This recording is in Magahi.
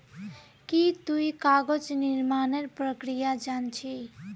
की तुई कागज निर्मानेर प्रक्रिया जान छि